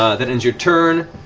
ah that ends your turn.